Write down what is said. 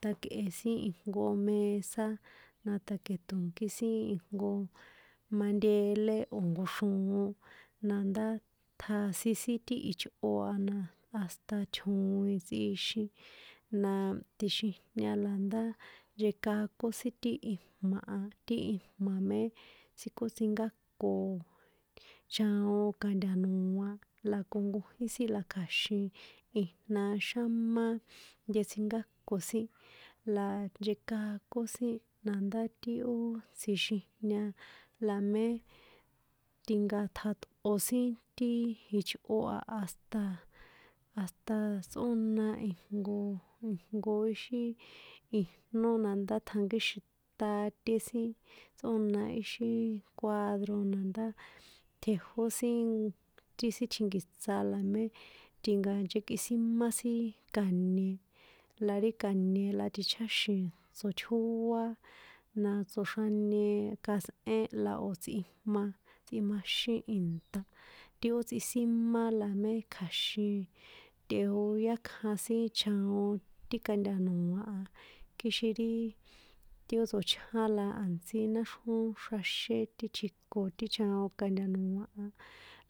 Tjakꞌe sin ijnko mesá a taketꞌo̱nkí sin ijnko mantele o̱ nko xroon nandá tjasin sin ti ichꞌo a na hasta chjoin tsꞌixin, naaa, tsjixinjña na ndá nchekakón sin ti ijma̱ a, ti ijma̱ mé tsjíkotsinkáko chaon ka̱nta̱noa̱ la ko nkojín la kja̱xin ijna xámá nchetsinkáko sin, la nchekakón sin nandá ti ó tsjixinjña la mé tinkátjatꞌo̱ sin ti jichꞌo a hasta, hasta tsꞌóna ijnko, jnko ixí ijnó nandá tjankíxin taté sin tsꞌóna íxin kuadro nandá tjejo sin, ti sin tjinkiṭsa la mé tinká nchekꞌisímá sin ka̱ñe̱, la ri ka̱ñe̱ la ticháxi̱n tso̱tjóá la tsoxrani katsꞌén la o̱ tsꞌijma, tsꞌijmaxín ìnṭa̱ ti ó tsꞌisíma la mé kja̱xin, tꞌeoyákjan sin chaon ti ka̱nta̱noa̱ a, kixin ri, ti ó tsochján la a̱ntsí náxrjón xraxé ti tjiko ti chaon ka̱nta̱noa̱ a,